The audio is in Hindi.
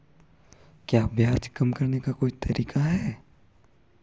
क्या ब्याज कम करने का कोई तरीका है?